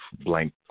blank